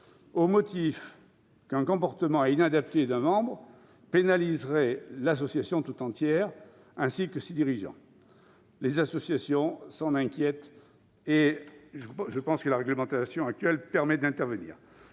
au motif qu'un comportement inadapté d'un membre pénaliserait l'association tout entière, ainsi que ses dirigeants. Les associations s'en inquiètent. Il me semble que la réglementation actuelle permet déjà d'intervenir.